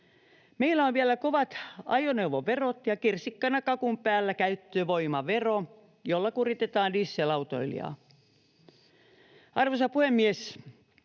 Meillä on vielä kovat ajoneuvoverot ja kirsikkana kakun päällä käyttövoimavero, jolla kuritetaan dieselautoilijaa. Arvoisa puhemies!